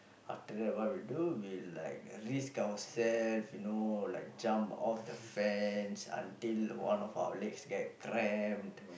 after that what we do we like risk ourself you know like jump off the fence until the one of our leg get cramp